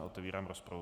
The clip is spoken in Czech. Otevírám rozpravu.